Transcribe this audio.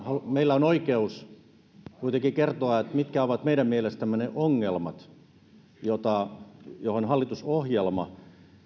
meillä on oikeus kuitenkin kertoa mitkä ovat meidän mielestämme ne ongelmat joihin hallitusohjelma